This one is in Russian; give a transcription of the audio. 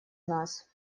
нас